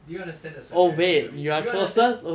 do you understand the severity of it do you understand